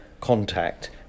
contact